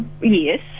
Yes